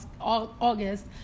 August